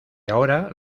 ahora